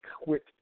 quit